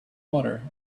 water